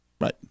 Right